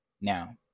Now